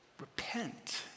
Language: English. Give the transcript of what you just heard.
repent